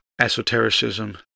esotericism